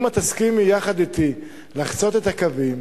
אם את תסכימי לחצות יחד אתי את הקווים